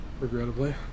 Regrettably